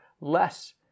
less